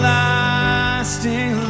lasting